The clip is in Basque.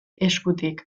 eskutik